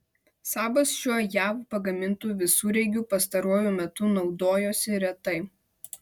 sabas šiuo jav pagamintu visureigiu pastaruoju metu naudojosi retai